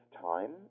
time